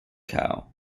cow